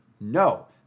No